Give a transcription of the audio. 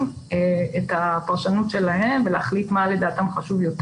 את הפרשנות שלהם ולהחליט מה לדעתם חשוב יותר.